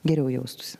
geriau jaustųsi